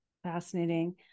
fascinating